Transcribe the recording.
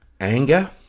Anger